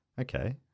Okay